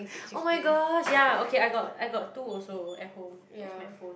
oh my gosh yeah okay I got I got two also at home where's my phone